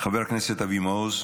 חבר הכנסת אבי מעוז,